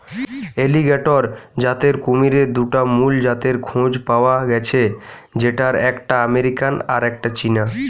alligator জাতের কুমিরের দুটা মুল জাতের খোঁজ পায়া গ্যাছে যেটার একটা আমেরিকান আর একটা চীনা